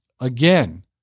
Again